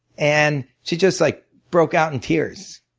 and she just like broke out in tears.